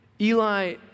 Eli